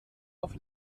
auf